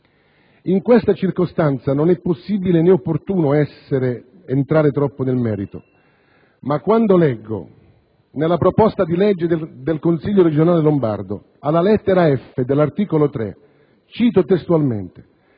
In questa circostanza non è possibile né opportuno entrare troppo nel merito, ma quando leggo nella proposta di legge del Consiglio regionale lombardo, alla lettera *f)* dell'articolo 3 (cito testualmente),